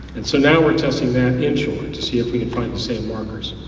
and so now we're testing that in shore, to see if we can find the same ah numbers.